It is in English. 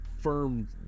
firm